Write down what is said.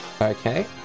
Okay